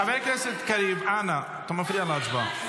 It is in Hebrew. חבר הכנסת קריב, אנא, אתה מפריע להצבעה,